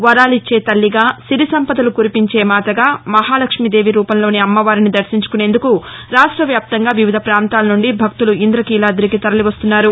వరాలిచ్చే తల్లిగా సిరి సంపదలు కురిపించే మాతగా మహాలక్ష్మీ దేవి రూపంలోని అమ్మవారిని దర్శించుకునేందుకు రాష్ట వ్యాప్తంగా వివిధ పాంతాల నుండి భక్తులు ఇందకీలాదికి తరలి వస్తున్నారు